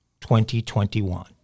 2021